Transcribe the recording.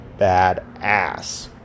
badass